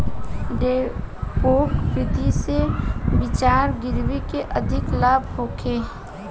डेपोक विधि से बिचरा गिरावे से अधिक लाभ होखे?